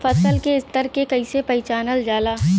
फसल के स्तर के कइसी पहचानल जाला